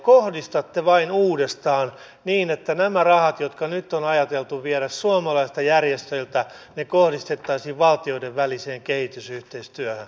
kohdistatte vain uudestaan niin että nämä rahat jotka nyt on ajateltu viedä suomalaisilta järjestöiltä kohdistettaisiin valtioiden väliseen kehitysyhteistyöhön